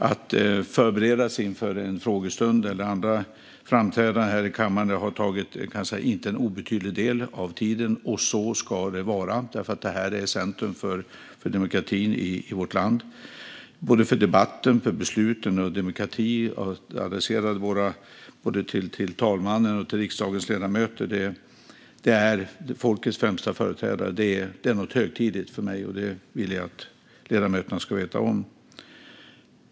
Att förbereda sig inför en frågestund eller andra framträdanden i kammaren har, kan jag säga, tagit en inte obetydlig del av tiden. Och så ska det vara, för detta är centrum för demokratin i vårt land, både för debatten, för besluten och för demokratin. Att adressera talmannen och riksdagens ledamöter, som är folkets främsta företrädare, är något högtidligt för mig. Detta vill jag att ledamöterna ska veta om.